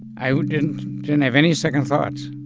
i didn't didn't have any second thoughts.